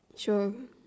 sure